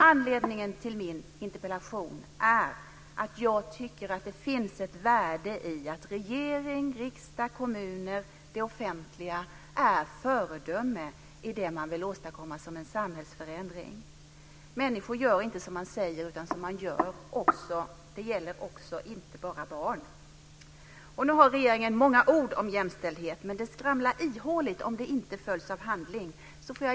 Anledningen till min interpellation är att jag tycker att det finns ett värde i att regering, riksdag, kommuner och offentliga institutioner är föredömliga i det man vill åstadkomma som en samhällsförändring. Människor gör inte som man säger utan som man gör. Det gäller inte bara barn! Nu har regeringen sagt många ord om jämställdhet, men det skramlar ihåligt om det inte följs av handling.